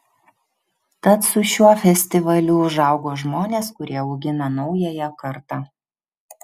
tad su šiuo festivaliu užaugo žmonės kurie augina naująją kartą